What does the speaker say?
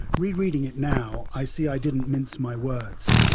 rereading it now i see i didn't mince my words.